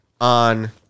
on